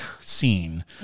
scene